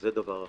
זה דבר אחד.